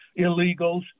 illegals